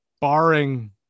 barring